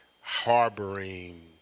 harboring